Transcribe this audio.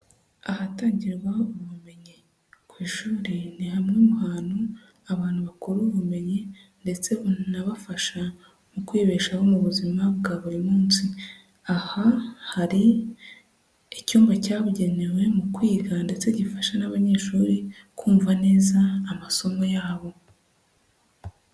Ahatangirwa ubumenyi ku ishuri ni hamwe mu hantu abantu bakura ubumenyi ndetse bunabafasha mu kwibeshaho mu buzima bwa buri munsi, aha hari icyumba cyabugenewe mu kwiga ndetse gifasha n'abanyeshuri kumva neza amasomo yabo.